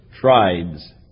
tribes